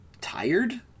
Tired